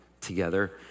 together